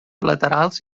laterals